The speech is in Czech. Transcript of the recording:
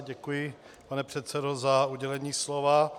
Děkuji, pane předsedo za udělení slova.